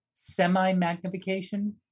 semi-magnification